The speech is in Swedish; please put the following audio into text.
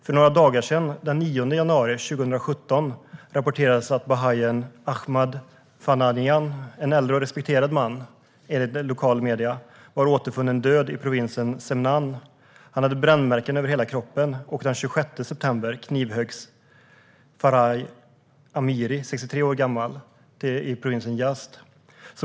För några dagar sedan, den 9 januari 2017, rapporterades att bahaianhängaren Ahmad Fanaian, en äldre och respekterad man, enligt lokala medier återfunnits död i provinsen Semnan. Han hade brännmärken över hela kroppen. Den 26 september knivhöggs Farhang Amiri, 63 år gammal, i provinsen Yazd.